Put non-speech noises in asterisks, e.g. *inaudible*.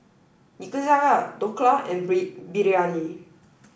Nikujaga Dhokla and *unintelligible* Biryani